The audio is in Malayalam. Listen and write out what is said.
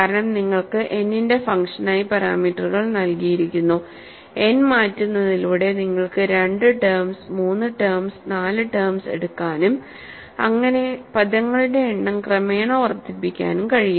കാരണം നിങ്ങൾക്ക് n ന്റെ ഫംഗ്ഷനായി പാരാമീറ്ററുകൾ നൽകിയിരിക്കുന്നു n മാറ്റുന്നതിലൂടെ നിങ്ങൾക്ക് 2 ടെംസ് 3 ടെംസ് 4 ടെംസ് എടുക്കാനും അങ്ങിനെ പദങ്ങളുടെ എണ്ണം ക്രമേണ വർദ്ധിപ്പിക്കാനും കഴിയും